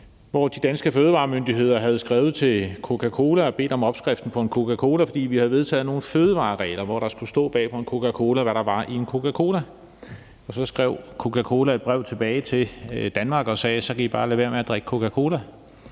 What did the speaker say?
De danske fødevaremyndigheder havde skrevet til Coca-Cola og bedt om opskriften på en Coca-Cola, fordi vi havde vedtaget nogle fødevareregler, hvor der skulle stå bag på en Coca-Cola, hvad der var i den. Så skrev Coca-Cola et brev tilbage til Danmark og sagde, at så kunne vi bare lade være med at drikke Coca-Cola,